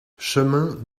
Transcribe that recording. chemin